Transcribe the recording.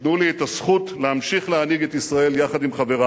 תיתנו לי את הזכות להמשיך להנהיג את ישראל יחד עם חברי,